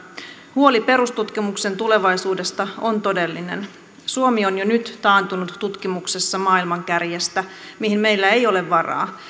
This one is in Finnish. huoli perustutkimuksen tulevaisuudesta on todellinen suomi on jo nyt taantunut tutkimuksessa maailman kärjestä mihin meillä ei ole varaa